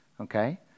Okay